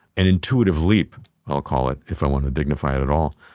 an intuitive leap i'll call it if i want to dignify it at all,